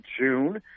June